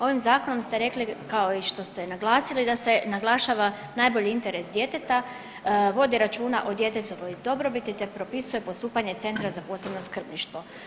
Ovim zakonom ste rekli kao i što ste naglasili da se naglašava najbolji interes djeteta, vode računa o djetetovoj dobrobiti te propisuje postupanje Centra za posebno skrbništvo.